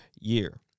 year